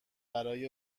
برای